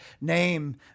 name